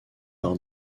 par